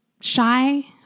shy